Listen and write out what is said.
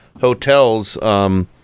hotels